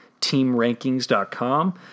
TeamRankings.com